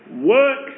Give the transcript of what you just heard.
work